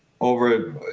over